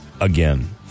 again